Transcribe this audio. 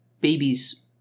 babies